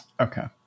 Okay